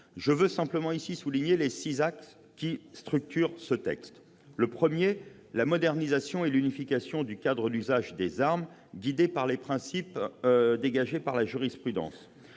Je veux souligner les six axes qui structurent ce texte. Le premier est la modernisation et l'unification du cadre d'usage des armes guidées par les principes dégagés par la jurisprudence.